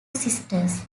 sisters